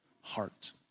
heart